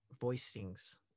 Voicings